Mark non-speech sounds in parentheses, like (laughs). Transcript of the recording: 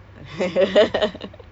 (laughs)